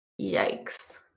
Yikes